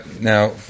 now